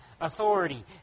authority